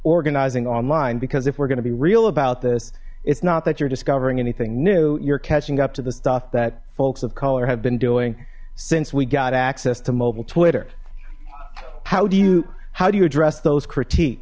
organizing online because if we're gonna be real about this it's not that you're discovering anything new you're catching up to the stuff that folks of color have been doing since we got access to mobile twitter how do you how do you address those critique